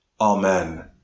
Amen